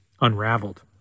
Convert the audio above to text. unraveled